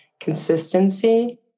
Consistency